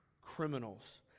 criminals